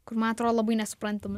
kur man atrodo labai nesuprantama